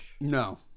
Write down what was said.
No